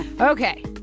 Okay